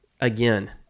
again